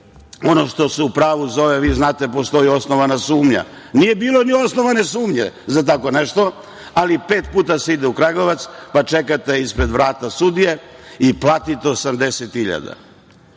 ono što se u pravu zove, vi znate – postoji osnovana sumnja, nije bilo ni osnovane sumnje za tako nešto, ali pet puta se ide u Kragujevac, pa čekate ispred vrata sudije i platite 80